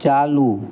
चालू